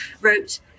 wrote